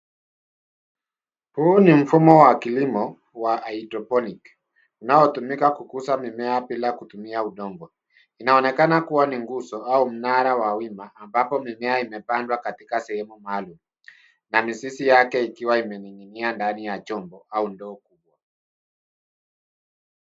Huu ni mfumo wa kilimo wa hydroponic unaotumika kukuza mimea bila kutumia udongo. Inaonekana kuwa ni nguzo au mnara wa wima ambapo mimea imepandwa katika sehemu maalum na mizizi yake ikiwa imening'inia ndani ya chombo au ndoo kubwa.